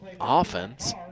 offense